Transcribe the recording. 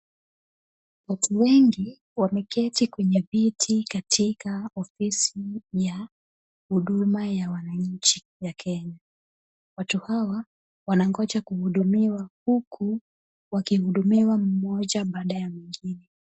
Watu wengi wameketi kwenye viti katika ofisi ya huduma ya wananchi ya Kenya. Watu hawa wanangoja kuhudumiwa huku, wakihudumiwa mmoja baada ya mwingine.